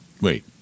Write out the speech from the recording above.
Wait